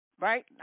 right